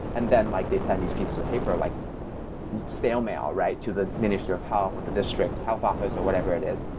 and then like they send these pieces of paper like snail mail to the minister of health, with the district health office or whatever it is.